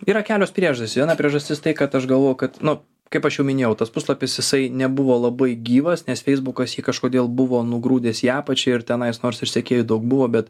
yra kelios priežastys viena priežastis tai kad aš galvojau kad nu kaip aš jau minėjau tas puslapis jisai nebuvo labai gyvas nes feisbukas jį kažkodėl buvo nugrūdęs į apačią ir tenais nors ir sekėjų daug buvo bet